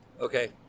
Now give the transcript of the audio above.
okay